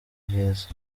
heza